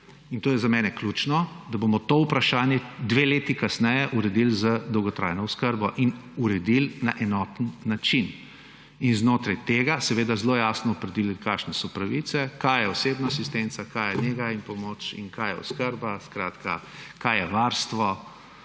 in to je za mene ključno, da bomo to vprašanje dve leti kasneje uredili z dolgotrajno oskrbo in uredili na enoten način. In znotraj tega seveda zelo jasno opredelili, kakšne so pravice, kaj je osebna asistenca, kaj je nega in pomoč ter kaj je oskrba, kaj je varstvo.